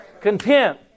Content